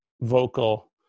vocal